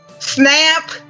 Snap